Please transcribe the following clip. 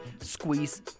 Squeeze